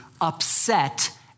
upset